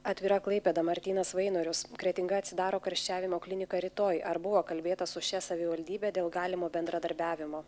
atvira klaipėda martynas vainorius kretinga atsidaro karščiavimo kliniką rytoj ar buvo kalbėta su šia savivaldybe dėl galimo bendradarbiavimo